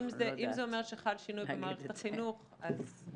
כי אם זה אומר שחל שינוי במערכת החינוך אז